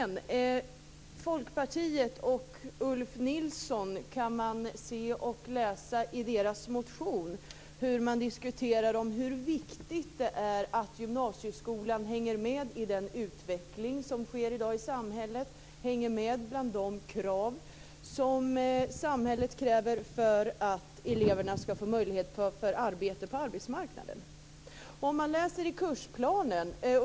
I Folkpartiets och Ulf Nilssons motion kan man läsa hur de diskuterar om hur viktigt det är att gymnasieskolan hänger med i den utveckling som sker i dag i samhället och på de krav som samhället ställer för att eleverna skall få möjligheter på arbetsmarknaden.